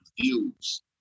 views